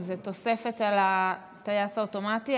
אם זו תוספת על הטייס האוטומטי,